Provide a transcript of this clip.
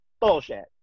bullshit